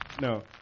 No